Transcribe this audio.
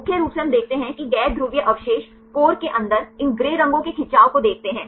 मुख्य रूप से हम देखते हैं कि गैर ध्रुवीय अवशेष कोर के अंदर इन ग्रे रंगों के खिंचाव को देखते हैं